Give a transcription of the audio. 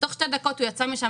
תוך שתי דקות הוא יצא משם,